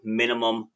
minimum